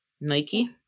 Nike